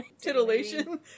titillation